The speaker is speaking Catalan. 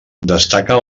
destaca